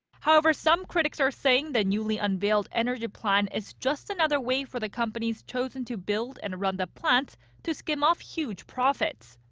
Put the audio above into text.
however, some critics are saying the newly unveiled energy plan is just another way for the companies chosen to build and run the plants to skim off huge profits.